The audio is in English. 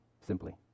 simply